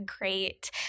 great